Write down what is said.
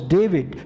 David